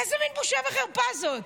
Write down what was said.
איזה מין בושה וחרפה זאת?